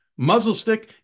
Muzzlestick